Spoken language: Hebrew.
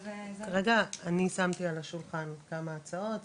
כרגע אני שמתי על השולחן כמה הצעות,